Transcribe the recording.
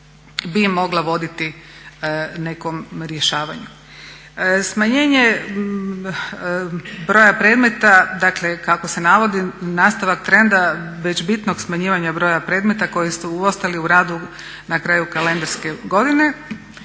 bi mogla voditi nekom rješavanju. Smanjenje broja predmeta, dakle kako se navodi, nastavak trenda već bitnog smanjivanja broja predmeta koji su ostali u radu na kraju kalendarske godine,